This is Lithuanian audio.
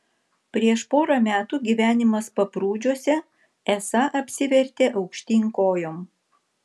prieš porą metų gyvenimas paprūdžiuose esą apsivertė aukštyn kojom